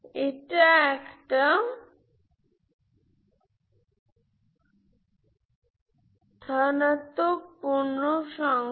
এটা একটা ধনাত্মক পূর্ণসংখ্যা